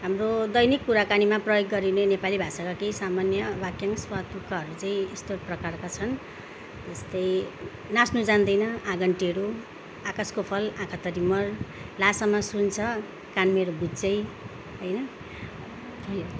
हाम्रो दैनिक कुराकानीमा प्रयोग गरिने नेपाली भाषाका केही सामान्य वाक्यांश वा तुक्काहरू चाहिँ यस्तो प्रकारका छन् जस्तै नाच्नु जान्दैन आँगन टेढो आकाशको फल आँखा तरी मर ल्हासामा सुन छ कान मेरो बुच्चै होइन भयो